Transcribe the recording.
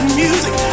music